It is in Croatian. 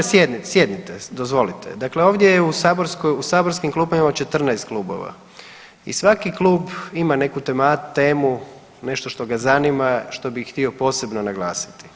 Sjednite, dozvolite, dakle ovdje je u saborskim klupama imamo 14 klubova i svaki klub ima neku temu nešto što ga zanima što bi htio posebno naglasiti.